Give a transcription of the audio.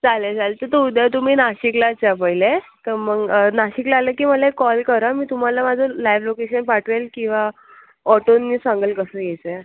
चालेल चाले तर तू उद्या तुम्ही नाशिकलाच या पहिले तर मग नाशिकला आले की मला एक कॉल करा मी तुम्हाला माझं लायव लोकेशन पाठवेल किंवा ऑटोने सांगेन कसं यायचं आहे